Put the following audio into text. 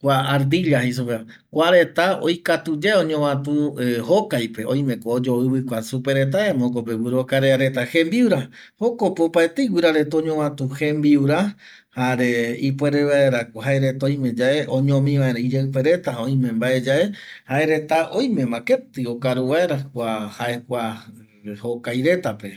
kua ardilla jei supeva kua reta oikatu yae oñovatu jokaipe oimeko oyo ƚivƚkua supe reta jaema jokope guƚrokarea reta jembiura jokope opaetei guira reta oñovatu jembiura jare ipuere vaerako jaereta ime yae oñomi vaera iyeƚpe reta oime mbae yae jaereta oimema ketƚ okaru vaera kua jae kua jokai retape